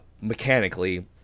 mechanically